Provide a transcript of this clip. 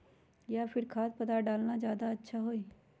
या फिर खाद्य पदार्थ डालना ज्यादा अच्छा होई?